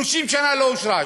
30 שנה לא אושרה,